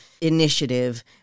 initiative